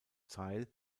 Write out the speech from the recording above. zeil